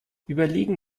überlegen